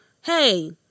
hey